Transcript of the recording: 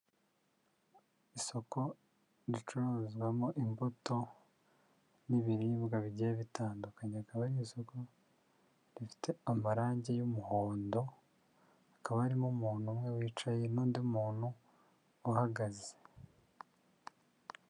Isoko ricuruzwamo imbuto n'ibiribwa bigiye bitandukanye rikaba ari isoga rifite amarangi y'umuhondo, hakaba harimo umuntu umwe wicaye n'undi muntu uhagaze.